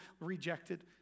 rejected